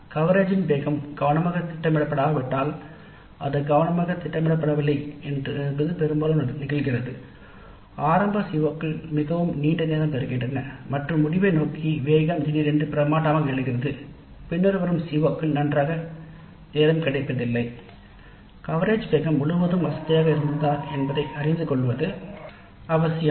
கவரேஜின் வேகம் கவனமாக திட்டமிடப்படாவிட்டால் ஆரம்ப சிஓக்கள் மிகவும் நீண்ட நேரம் பெறுகின்றன மற்றும் முடிவை நோக்கி வேகம் திடீரென்று பிரமாண்டமாக எழுகிறது பின்னர் வரும் CO கள் அது நன்றாக பயிற்சி அளிக்கப்படுவதில்லை கவரேஜ் வேகம் முழுவதும் வசதியாக இருந்ததா என்பதை அறிந்து கொள்வது அவசியம்